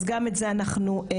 אז גם את זה אנחנו עושים.